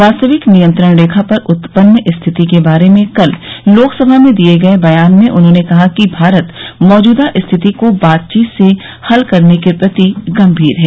वास्तविक नियंत्रण रेखा पर उत्पन्न स्थिति के बारे में कल लोकसभा में दिए गए बयान में उन्होंने कहा कि भारत मौजूदा स्थिति को बातचीत से हल करने के प्रति गंभीर है